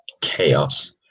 chaos